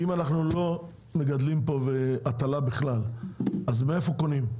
"אם אנחנו לא מגדלים פה הטלה בכלל, מאיפה קונים?".